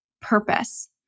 purpose